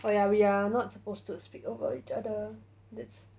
oh ya we are not supposed to speak over each other